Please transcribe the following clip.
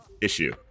issue